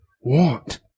want